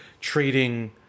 trading